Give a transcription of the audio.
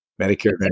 Medicare